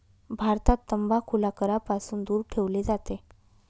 भारतात तंबाखूला करापासून दूर ठेवले जाते